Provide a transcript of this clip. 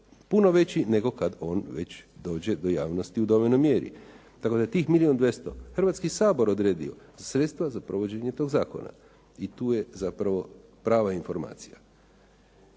puno veći, nego kad on već dođe do javnosti u dovoljnoj mjeri. Tako da tih milijun i 200 Hrvatski sabor odredio sredstva za provođenje tog zakona. I tu je zapravo prava informacija.